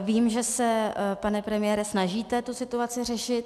Vím, že se, pane premiére, snažíte tu situaci řešit.